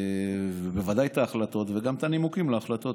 בוודאי את ההחלטות וגם את הנימוקים להחלטות.